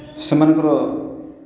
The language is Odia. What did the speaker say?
ସେମାନଙ୍କର